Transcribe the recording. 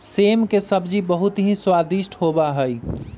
सेम के सब्जी बहुत ही स्वादिष्ट होबा हई